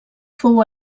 fou